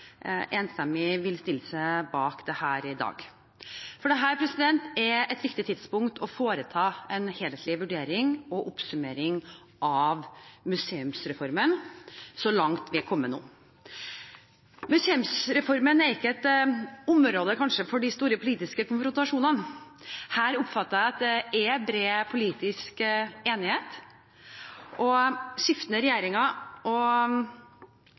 enstemmig vil stille seg bak dette i dag. Dette er et riktig tidspunkt for å foreta en helhetlig vurdering og oppsummering av museumsreformen – så langt vi er kommet nå. Museumsreformen er kanskje ikke et område for de store politiske konfrontasjonene. Her oppfatter jeg at det er bred politisk enighet, og skiftende